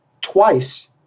twice